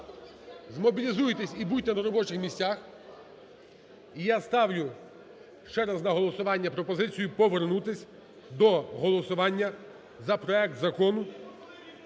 змобілізуйтесь і будьте на робочих місцях. І я ставлю ще раз на голосування пропозицію повернутись до голосування за проект Закону